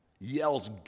yells